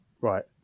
right